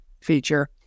feature